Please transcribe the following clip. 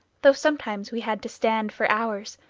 though sometimes we had to stand for hours,